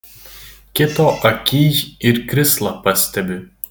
kito akyj ir krislą pastebi